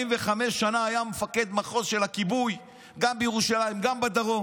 45 שנה היה מפקד מחוז של הכיבוי גם בירושלים וגם בדרום,